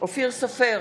אופיר סופר,